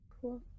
Cool